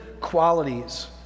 qualities